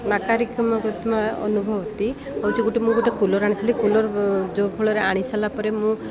ନାକାରୀତ୍କତମ ଅନୁଭବ ଅତି ହଉଛି ଗୋଟେ ମୁଁ ଗୋଟେ କୁଲର ଆଣିଥିଲି କୁଲର ଯେଉଁ ଫଳରେ ଆଣିସାରିଲା ପରେ ମୁଁ